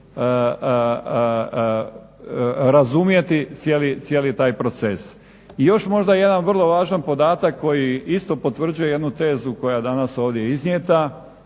razumjeti cijeli taj proces. I još možda jedan vrlo važan podatak koji isto potvrđuje jednu tezu koja je danas ovdje iznijeta,